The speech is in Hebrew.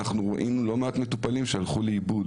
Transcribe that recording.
אנחנו רואים לא מעט מטופלים שהלכו לאיבוד.